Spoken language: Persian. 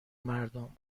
مردم